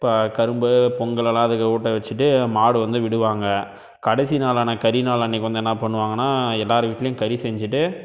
இப்போ கரும்பு பொங்கல் எல்லாம் அதுக்கு ஊட்ட வைச்சுட்டு மாடு வந்து விடுவாங்க கடைசி நாளான கரி நாள் அன்றைக்கு வந்து என்ன பண்ணுவாங்கன்னால் எல்லாேர் வீட்லேயும் கறி செஞ்சுட்டு